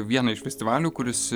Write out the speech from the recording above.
vieną iš festivalių kuris